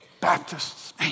Baptists